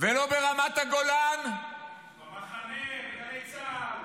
ולא ברמת הגולן -- במחנה, גלי צה"ל.